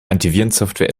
antivirensoftware